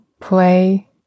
play